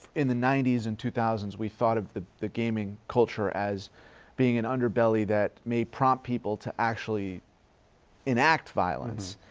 in the ninety s and two thousands, we thought of the the gaming culture as being an underbelly that may prompt people to actually enact violence.